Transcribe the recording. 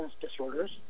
disorders